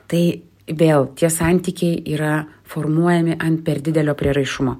tai vėl tie santykiai yra formuojami ant per didelio prieraišumo